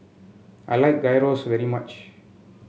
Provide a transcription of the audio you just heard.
I like Gyros very much